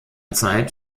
zeit